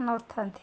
ନଥାନ୍ତି